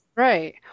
Right